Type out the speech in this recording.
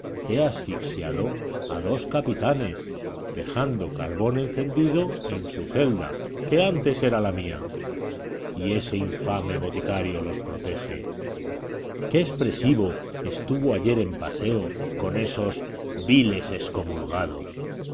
he asfixiado a dos capitanes dejando carbón encendido en su celda que antes era la mía y ese infame boticario los protege qué expresivo estuvo ayer en paseo con esos viles excomulgados